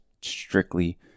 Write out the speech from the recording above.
strictly